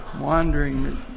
Wandering